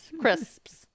crisps